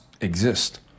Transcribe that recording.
exist